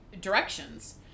directions